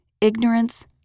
ignorance